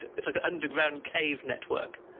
it's like an underground cave network.